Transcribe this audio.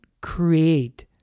create